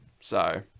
So-